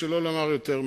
שלא לומר יותר מזה.